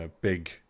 big